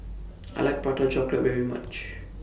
I like Prata Chocolate very much